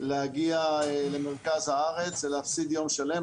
להגיע למרכז הארץ ולהפסיד יום שלם.